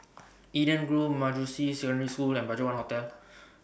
Eden Grove Manjusri Secondary School and BudgetOne Hotel